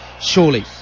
surely